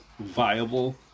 viable